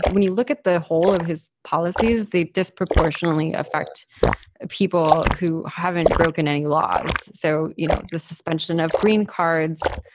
when you look at the whole of his policies, they disproportionately affect people who haven't broken any laws. so, you know, the suspension of green cards,